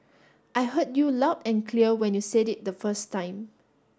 I heard you loud and clear when you said it the first time